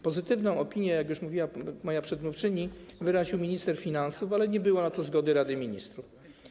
Pozytywną opinię, jak już mówiła moja przedmówczyni, wyraził minister finansów, ale nie było na to zgody Rady Ministrów.